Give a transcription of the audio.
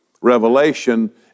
revelation